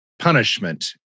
punishment